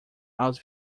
aos